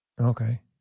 Okay